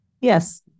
Yes